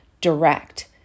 direct